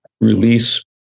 release